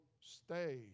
stay